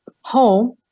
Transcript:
home